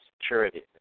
security